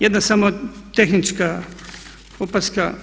Jedna samo tehnička opaska.